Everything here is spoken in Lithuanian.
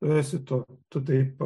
esi tu tu taip